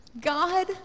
God